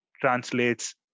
translates